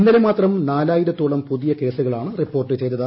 ഇന്നലെ മാത്രം നാലായിരത്തോളം പുതിയ കേസുകളാണ് റിപ്പോർട്ട് ചെയ്തത്